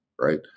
Right